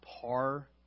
par